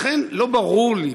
לכן לא ברור לי,